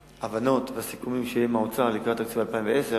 וההבנות והסיכומים שיהיו עם האוצר לקראת תקציב 2010,